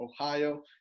Ohio